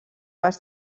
vas